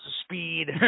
speed